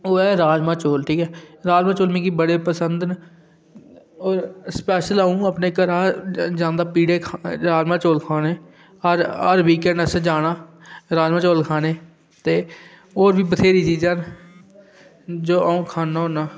ओह् ऐ राजमांह् चौल ठीक ऐ राजमांह् चौल मिगी बड़े पसंद न और स्पैशल अ'ऊं अपने घरै दा जंदा पीढै राजमांह् चौल खाने गी हर हर वीकैंड असें जाना राजमांह् चौल खाने ते होर बी बथ्हेरियां चीजां न जो अ'ऊं खन्ना होन्ना